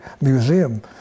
Museum